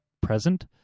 present